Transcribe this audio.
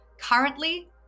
Currently